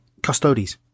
custodies